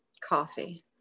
coffee